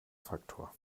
faktor